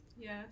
Yes